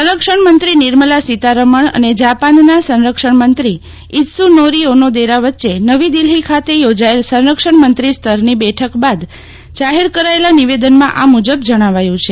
સંરક્ષણ મંત્રી નિર્મલા સીતારમણ અને જાપાનના સંરક્ષણ મંત્રી ઇત્સુનોરી ઓનોદેરા વચ્ચે નવી દિલ્હી ખાતે યોજાયેલ સંરક્ષણ મંત્રી સ્તરની બેઠક બાદ જાહેર કરાયેલા નિવેદનમાં આ યુજબ જજ્ઞાવાયું છે